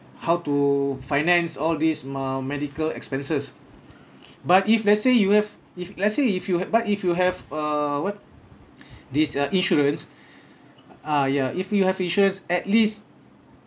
how to finance all this mah medical expenses but if let's say you have if let's say if you but if you have err what these uh insurance ah ya if you have insurance at least